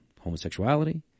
homosexuality